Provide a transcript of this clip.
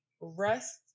rest